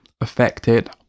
affected